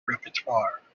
repertoire